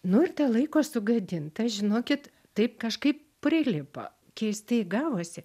nu ir ta laiko sugadinta žinokit taip kažkaip prilipo keistai gavosi